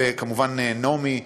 וכמובן נעמי,